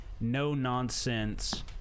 no-nonsense